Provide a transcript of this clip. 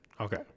Okay